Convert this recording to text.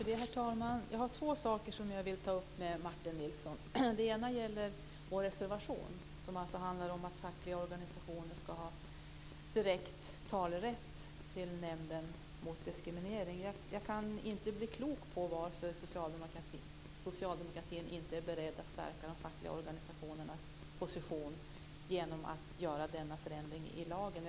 Herr talman! Jag har två saker som jag vill ta upp med Martin Nilsson. Det ena gäller vår reservation som handlar om att fackliga organisationer ska ha direkt talerätt till Nämnden mot diskriminering. Jag kan inte bli klok på varför Socialdemokraterna inte vill stärka de fackliga organisationernas position genom att göra denna förändring i lagen.